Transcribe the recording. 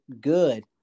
good